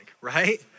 right